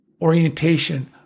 orientation